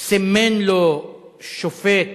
סימן לו שופט